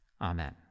Amen